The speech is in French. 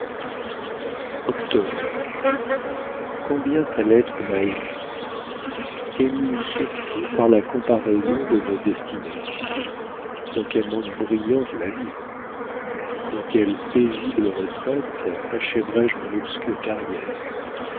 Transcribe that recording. octobre combien ta lettre m'a émue émue surtout par la comparaison de nos destinées dans quel monde brillant tu vas vivre dans quelle paisible retraite achèverai je mon obscure carrière